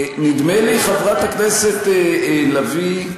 נדמה לי, חברת הכנסת לביא,